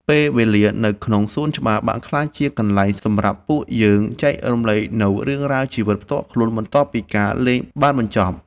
ពេលវេលានៅក្នុងសួនច្បារបានក្លាយជាកន្លែងសម្រាប់ពួកយើងចែករំលែកនូវរឿងរ៉ាវជីវិតផ្ទាល់ខ្លួនបន្ទាប់ពីការលេងបានបញ្ចប់។